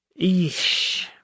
Eesh